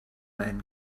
men